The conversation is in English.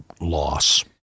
loss